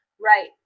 Right